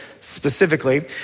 specifically